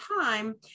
time